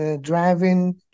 driving